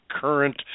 current